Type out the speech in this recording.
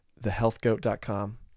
thehealthgoat.com